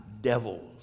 devils